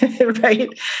right